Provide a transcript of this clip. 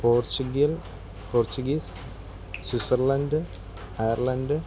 Portugal Portuguese Switzerland Ireland